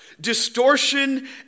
distortion